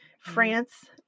France